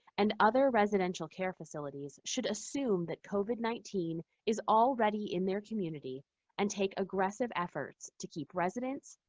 and other residential care facilities should assume that covid nineteen is already in their community and take aggressive efforts to keep residents,